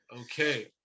Okay